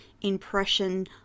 impression